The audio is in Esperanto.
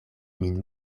min